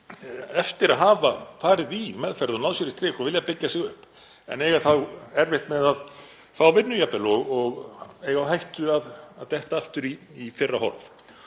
eftir að hafa farið í meðferð og náð sér á strik og vilja byggja sig upp en eiga þá jafnvel erfitt með að fá vinnu og eiga á hættu að detta aftur í fyrra horf.